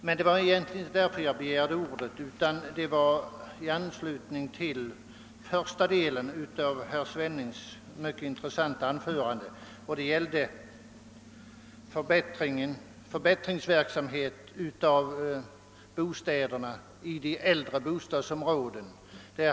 Jag begärde emellertid ordet med anledning av vad herr Svenning sade i början av sitt mycket intressanta anförande, nämligen i fråga om verksamheten för att åstadkomma förbättringar av bostäderna i de äldre bostadsområdena.